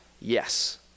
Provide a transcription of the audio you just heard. yes